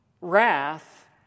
wrath